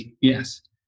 yes